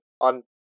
on